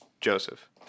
Joseph